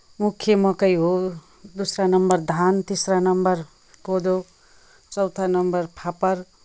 मुख्य मकै हो दुसरा नम्बर धान तिसरा नम्बर कोदो चौथा नम्बर फापर